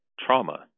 trauma